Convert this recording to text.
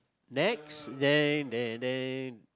next